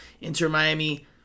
Inter-Miami